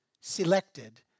selected